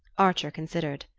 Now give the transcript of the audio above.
archer considered.